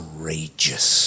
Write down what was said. Courageous